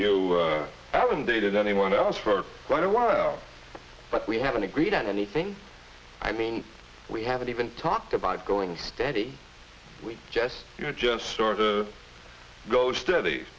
know i haven't dated anyone else for quite a while but we haven't agreed on anything i mean we haven't even talked about going steady we just you know just sort of go st